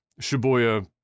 Shibuya